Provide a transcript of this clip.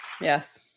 Yes